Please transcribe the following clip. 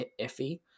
iffy